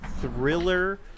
thriller